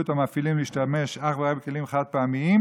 את המפעילים להשתמש אך ורק בכלים חד-פעמיים,